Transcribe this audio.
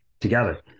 together